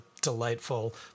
delightful